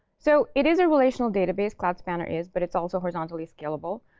so it is a relational database. cloud spanner is. but it's also horizontally scalable.